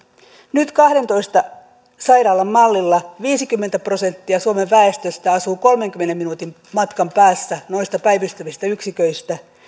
nyt kahdentoista sairaalan mallilla viisikymmentä prosenttia suomen väestöstä asuu kolmenkymmenen minuutin matkan päässä noista päivystävistä yksiköistä